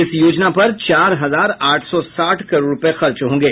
इस योजना पर चार हजार आठ सौ साठ करोड़ रुपए खर्च होंगे